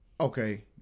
Okay